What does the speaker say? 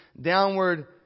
downward